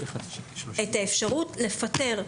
את האפשרות לפטר,